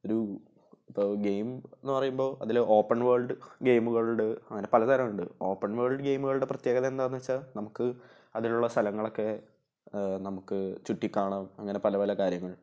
ഒരു ഇപ്പോൾ ഗെയിമെന്ന് പറയുമ്പോൾ അതിൽ ഓപ്പൺ വേൾഡ് ഗെയിമുകളുണ്ട് അങ്ങനെ പലതരമുണ്ട് ഓപ്പൺ വേൾഡ് ഗെയിമുകളുടെ പ്രത്യേകത എന്താണെന്ന് വച്ചാൽ നമുക്ക് അതിലുള്ള സ്ഥലങ്ങളൊക്കെ നമുക്ക് ചുറ്റി കാണാം അങ്ങനെ പല പല കാര്യങ്ങൾ